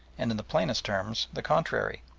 and in the plainest terms, the contrary.